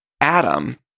Adam